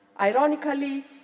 Ironically